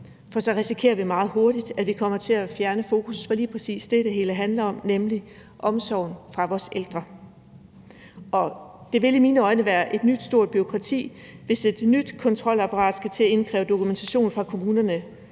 for så risikerer vi meget hurtigt, at vi kommer til at fjerne fokus fra lige præcis det, det hele handler om, nemlig omsorgen for vores ældre. Og det vil i mine øjne være et nyt stort bureaukrati, hvis et nyt kontrolapparat skal til at indkræve dokumentation fra kommunerne.